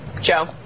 Joe